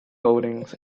holdings